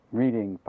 reading